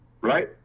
right